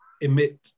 emit